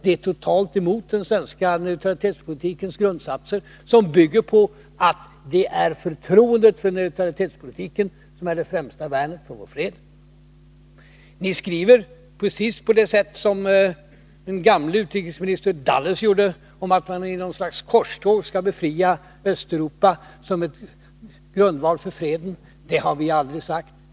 Det är totalt emot den svenska neutralitetspolitikens grundsatser, som bygger på att det är förtroendet för neutralitetspolitiken som är det främsta värnet för vår fred. Ni skriver precis på samma sätt som den gamle utrikesministern Dulles att man i något slags korståg skall befria Östeuropa för att skapa en grundval för freden. Det har vi aldrig sagt.